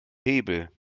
hebel